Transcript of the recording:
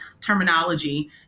terminology